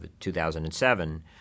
2007